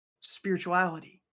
spirituality